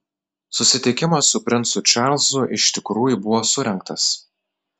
susitikimas su princu čarlzu iš tikrųjų buvo surengtas